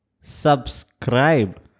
subscribe